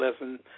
lesson